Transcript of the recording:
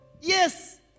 Yes